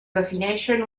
defineixen